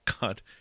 God